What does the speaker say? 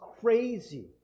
crazy